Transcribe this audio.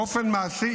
באופן מעשי,